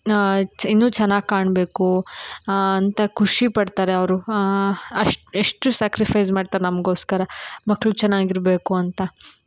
ಚ್ ಇನ್ನೂ ಚೆನ್ನಾಗಿ ಕಾಣಬೇಕು ಅಂತ ಖುಷಿಪಡ್ತಾರೆ ಅವರು ಅಷ್ಟು ಎಷ್ಟು ಸ್ಯಾಕ್ರಿಫೈಸ್ ಮಾಡ್ತಾರೆ ನಮಗೋಸ್ಕರ ಮಕ್ಕಳು ಚೆನ್ನಾಗಿರ್ಬೇಕು ಅಂತ